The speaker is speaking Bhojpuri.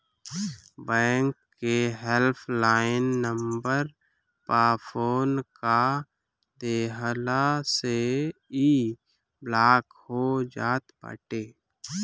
बैंक के हेल्प लाइन नंबर पअ फोन कअ देहला से इ ब्लाक हो जात बाटे